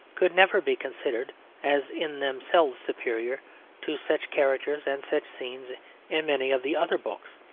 could never be considered as in themselves superior to such characters and such scenes in many of the other books.